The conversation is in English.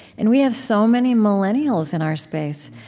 and we have so many millennials in our space.